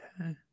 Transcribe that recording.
okay